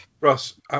Ross